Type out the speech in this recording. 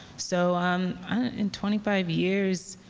so um in twenty five years,